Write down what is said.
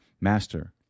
Master